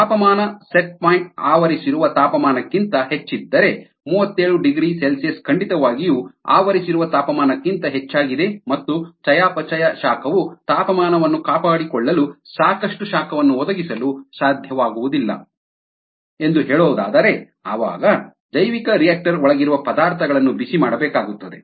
ತಾಪಮಾನ ನಿರ್ದಿಷ್ಟ ಬಿಂದು ಆವರಿಸಿರುವ ತಾಪಮಾನಕ್ಕಿಂತ ಹೆಚ್ಚಿದ್ದರೆ 370C ಖಂಡಿತವಾಗಿಯೂ ಆವರಿಸಿರುವ ತಾಪಮಾನಕ್ಕಿಂತ ಹೆಚ್ಚಾಗಿದೆ ಮತ್ತು ಚಯಾಪಚಯ ಶಾಖವು ತಾಪಮಾನವನ್ನು ಕಾಪಾಡಿಕೊಳ್ಳಲು ಸಾಕಷ್ಟು ಶಾಖವನ್ನು ಒದಗಿಸಲು ಸಾಧ್ಯವಾಗುವುದಿಲ್ಲ ಎಂದು ಹೇಳೋದಾದರೆ ಆವಾಗ ಜೈವಿಕರಿಯಾಕ್ಟರ್ ಒಳಗಿರುವ ಪದಾರ್ಥಗಳನ್ನು ಬಿಸಿ ಮಾಡಬೇಕಾಗುತ್ತದೆ